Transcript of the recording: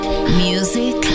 Music